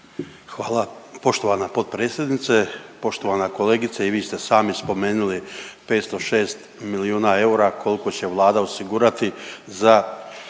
Hvala poštovana potpredsjednice. Poštovana kolegice i vi ste sami spomenuli 506 milijuna eura koliko će Vlada osigurati za